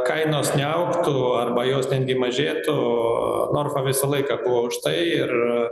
kainos neaugtų arba jos netgi mažėtų o norfa visą laiką buvo užtai ir